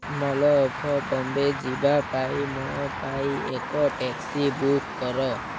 mall of Bombay ଯିବା ପାଇଁ ମୋ ପାଇଁ ଏକ ଟ୍ୟାକ୍ସି ବୁକ୍ କର